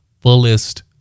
fullest